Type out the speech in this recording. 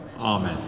Amen